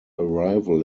arrival